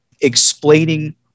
explaining